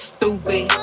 Stupid